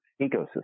ecosystem